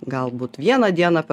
galbūt vieną dieną per